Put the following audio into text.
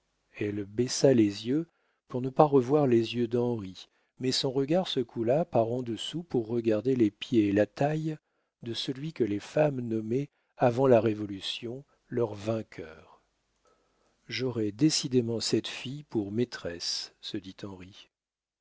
elle baissa les yeux pour ne pas revoir les yeux d'henri mais son regard se coula par en dessous pour regarder les pieds et la taille de celui que les femmes nommaient avant la révolution leur vainqueur j'aurai décidément cette fille pour maîtresse se dit henri